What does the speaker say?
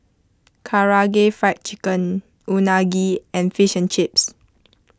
Karaage Fried Chicken Unagi and Fish and Chips